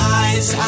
eyes